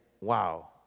wow